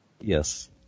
Yes